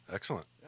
Excellent